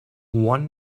one